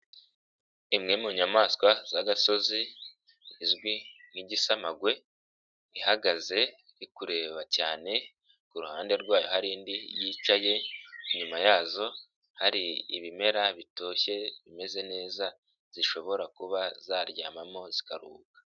Imwe mu nyamaswa z'agasozi izwi nk'igisamagwe, ihagaze iri kureba cyane, ku ruhande rwayo hari indi yicaye inyuma yazo hari ibimera bitoshye bimeze neza, zishobora kuba zaryamamo zikaruhuka.